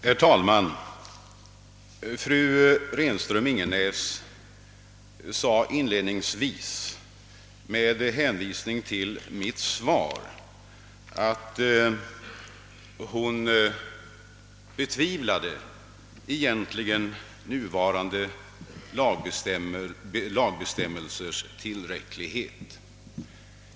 Herr talman! Fru Renström-Ingenäs framhöll inledningsvis med hänvisning till mitt svar, att hon egentligen betvivlade nuvarande lagbestämmelsers tillräcklighet.